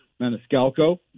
Maniscalco